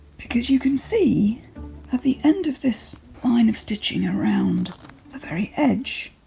because you can see at the end of this line of stitching around the very edge,